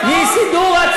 מסידור,